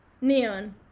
neon